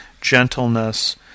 gentleness